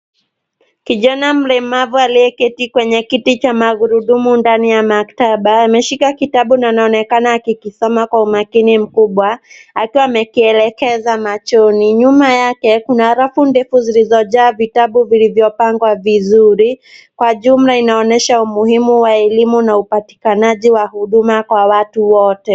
Kijana mlemavu aliyeketi kwenye kiti cha magurudumu ndani ya maktaba. Ameshika kitabu na anaonekana akikisoma kwa umakini mkubwa, akiwa amekielekeza machoni. Nyuma yake, kuna rafu ndefu zilizojaa vitabu vilivyopangwa vizuri. Kwa jumla inaonyesha umuhimu wa elimu na upatikanaji wa huduma kwa watu wote.